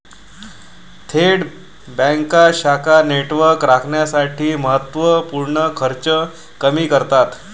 थेट बँका शाखा नेटवर्क राखण्यासाठी महत्त्व पूर्ण खर्च कमी करतात